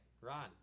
ron